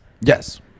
Yes